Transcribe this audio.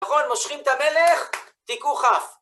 נכון, מושכים את המלך, תיקעו כף.